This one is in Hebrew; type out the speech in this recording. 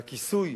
והכיסוי